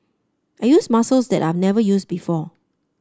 I used muscles that I've never used before